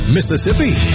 Mississippi